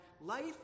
life